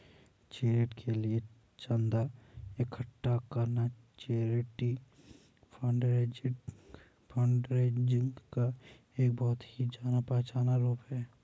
charity के लिए चंदा इकट्ठा करना चैरिटी फंडरेजिंग का एक बहुत ही जाना पहचाना रूप है